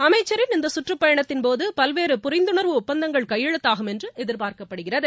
அமைச்சரின் இந்த கற்றுப்பயணத்தின்போது பல்வேறு புரிந்துணர்வு ஒப்பந்தங்கள் கையெழுத்தாகும் என்று எதிர்பார்க்கப்படுகிறது